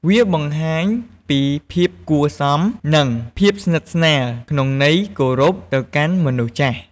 វាបង្ហាញពីភាពគួរសម និងភាពស្និទ្ធស្នាលក្នុងន័យគោរពទៅកាន់មនុស្សចាស់។